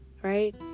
right